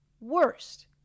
Worst